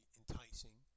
enticing